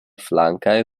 flankaj